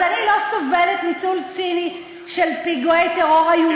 אז אני לא סובלת ניצול ציני של פיגועי טרור איומים.